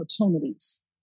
opportunities